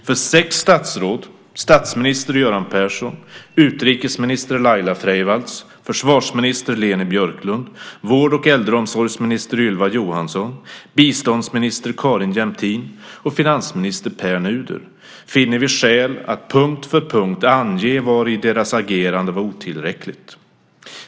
För sex statsråd - statsminister Göran Persson, utrikesminister Laila Freivalds, försvarsminister Leni Björklund, vård och äldreomsorgsminister Ylva Johansson, biståndsminister Carin Jämtin och finansminister Pär Nuder - finner vi skäl att punkt för punkt ange vari deras agerande var otillräckligt.